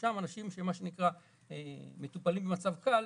ששם אנשים שמטופלים במצב קל,